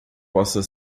possa